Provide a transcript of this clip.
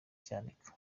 cyanika